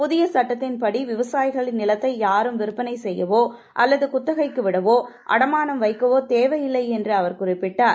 புதிய சுட்டத்தின் படி விவசாயிகளின் நிலத்தை யாரும் விற்பனை செய்யவோ அல்லது குத்ததைகைக்கு விடவோ அடமானம் வைக்கவோ தேவையில்லை என்று அவர் குறிப்பிட்டார்